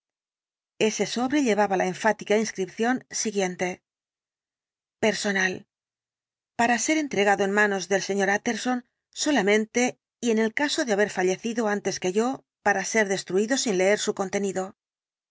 ese sobre llevaba la enfática inscripción siguiente personal para ser entregado en manos del mismo jsr utterson solamente y en el caso de notable incidente del dr lanyón haber fallecido antes que yo para ser destruído sin leer su contenido